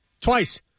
twice